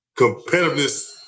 competitiveness